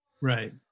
Right